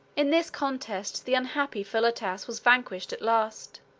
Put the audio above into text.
in this contest the unhappy philotas was vanquished at last.